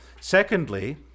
Secondly